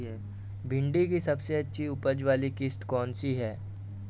भिंडी की सबसे अच्छी उपज वाली किश्त कौन सी है?